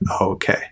Okay